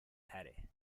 تره